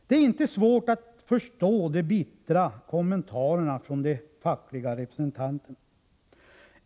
Det är inte svårt att förstå de bittra kommentarerna från de fackliga representanterna.